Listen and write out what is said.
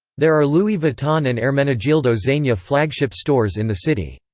there are louis vuitton and ermenegildo zegna flagship stores in the city.